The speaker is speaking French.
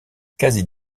quasi